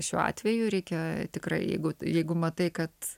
šiuo atveju reikia tikrai jeigu jeigu matai kad